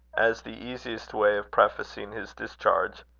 as the easiest way of prefacing his discharge.